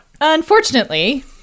Unfortunately